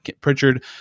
Pritchard